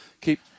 keep